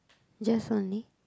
just only